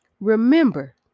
remember